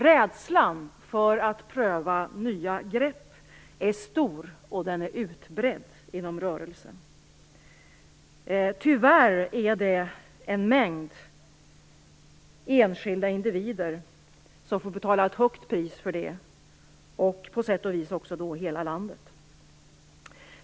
Rädslan för att pröva nya grepp är stor och utbredd inom rörelsen. Tyvärr får en mängd enskilda individer betala ett högt pris för det, och därmed på sätt och vis hela landet.